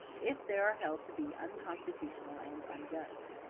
if they are held to be unconstitutional and unjust.